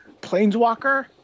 planeswalker